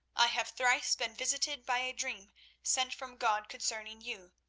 i have thrice been visited by a dream sent from god concerning you,